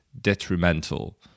detrimental